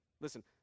Listen